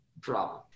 problem